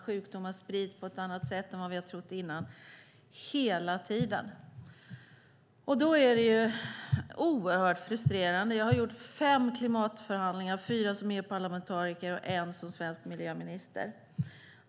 Sjukdomar sprids på ett annat sätt än vi trott innan. Så är det hela tiden. Jag har gjort fem klimatförhandlingar, fyra som EU-parlamentariker och en som svensk miljöminister.